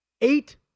Eight